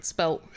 Spelt